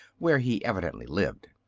where he evidently lived.